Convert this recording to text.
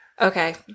Okay